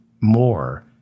More